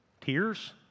Tears